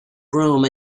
broome